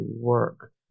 work